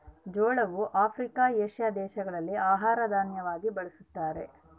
ಜೋಳವು Africa, Asia ದೇಶಗಳ ಆಹಾರ ದಾನ್ಯವಾಗಿ ಬಳಸ್ತಾರ